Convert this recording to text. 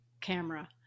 camera